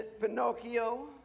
Pinocchio